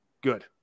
good